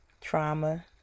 trauma